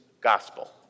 gospel